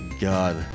god